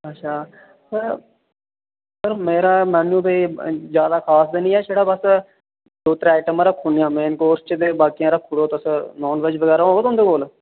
अच्छा sir sir मेरा menu ते ज्यादा ख़ास ते नी ऐ छड़ा बास दो त्रै आइटमां रक्खी ओड़निया मेन कोर्स च ते बाक़ियां रक्खी ओड़ो तुस नॉन वेज बगैरा होग तुं'दे कोल